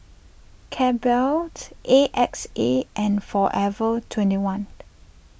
Calbee A X A and forever twenty one